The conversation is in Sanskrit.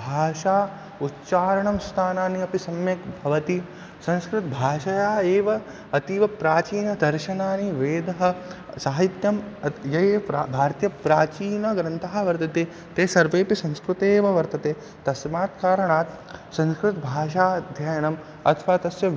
भाषा उच्चारणस्थानानि अपि सम्यक् भवति संस्कृतभाषया एव अतीवप्राचीनदर्शनानि वेदः साहित्यम् अत् ये ये प्रा भारतीयप्राचीनग्रन्थाः वर्तन्ते ते सर्वेपि संस्कृते एव वर्तन्ते तस्मात् कारणात् संस्कृतभाषाध्ययनम् अथवा तस्य